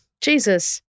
Jesus